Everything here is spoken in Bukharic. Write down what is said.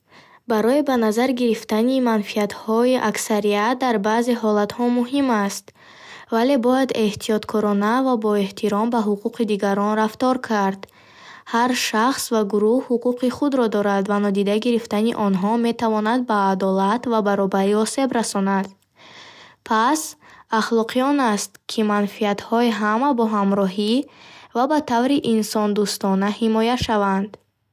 Барои ба назар гирифтани манфиатҳои аксарият дар баъзе ҳолатҳо муҳим аст, вале бояд эҳтиёткорона ва бо эҳтиром ба ҳуқуқи дигарон рафтор кард. Ҳар шахс ва гурӯҳ ҳуқуқи худро дорад ва нодида гирифтани онҳо метавонад ба адолат ва баробарӣ осеб расонад. Пас, ахлоқӣ он аст, ки манфиатҳои ҳама бо ҳамроҳӣ ва ба таври инсондӯстона ҳимоя шаванд.